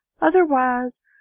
Otherwise